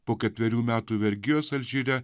po ketverių metų vergijos alžyre